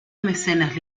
mecenas